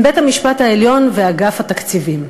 בית-המשפט העליון ואגף התקציבים.